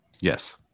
Yes